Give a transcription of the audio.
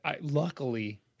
Luckily